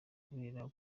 kubera